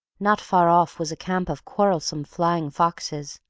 not far off was a camp of quarrelsome flying foxes,